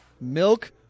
milk